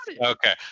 okay